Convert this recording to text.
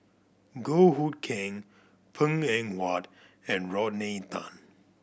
Goh Hood Keng Png Eng Huat and Rodney Tan